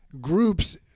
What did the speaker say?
groups